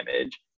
image